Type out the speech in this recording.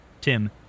Tim